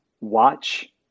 watch